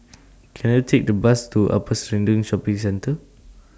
Can I Take The Bus to Upper Serangoon Shopping Centre